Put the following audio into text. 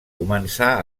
començà